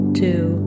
two